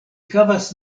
havas